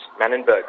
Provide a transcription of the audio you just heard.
Mannenberg